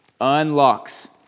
unlocks